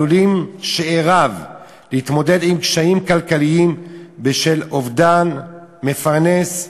עלולים שאיריו להתמודד עם קשיים כלכליים בשל אובדן מפרנס.